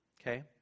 okay